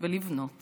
ולבנות